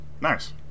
Nice